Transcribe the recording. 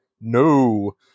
No